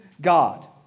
God